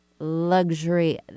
luxury